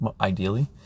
ideally